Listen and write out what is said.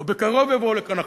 או בקרוב יבואו לכאן.